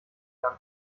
kann